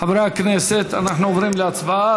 חברי הכנסת, אנחנו עוברים להצבעה.